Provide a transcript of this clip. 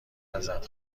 ازت